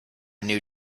new